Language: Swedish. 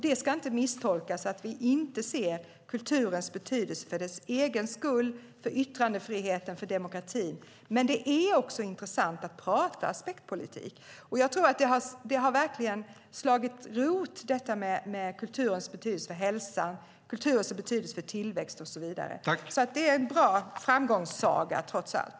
Det ska inte misstolkas som att vi inte ser kulturens betydelse för dess egen skull, för yttrandefriheten och för demokratin. Men det är också intressant att prata om aspektpolitik. Jag tror att detta med kulturens betydelse för hälsan, kulturens betydelse för tillväxt och så vidare verkligen har slagit rot. Det är alltså en bra framgångssaga trots allt.